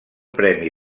premi